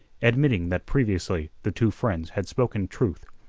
admitting that previously the two friends had spoken truth.